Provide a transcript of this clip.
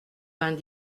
vingt